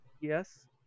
Yes